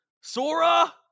Sora